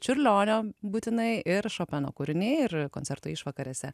čiurlionio būtinai ir šopeno kūriniai ir koncerto išvakarėse